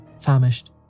famished